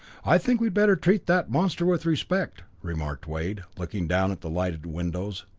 i think we'd better treat that monster with respect, remarked wade, looking down at the lighted windows.